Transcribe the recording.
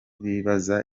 bibaza